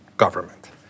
government